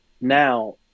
now